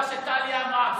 מה שטלי אמרה,